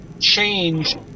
Change